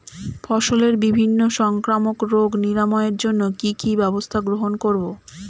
ফসলের বিভিন্ন সংক্রামক রোগ নিরাময়ের জন্য কি কি ব্যবস্থা গ্রহণ করব?